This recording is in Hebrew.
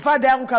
תקופה די ארוכה,